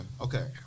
Okay